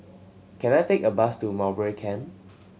can I take a bus to Mowbray Camp